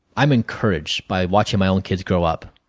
i am encouraged by watching my own kids grow up.